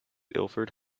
ilford